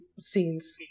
scenes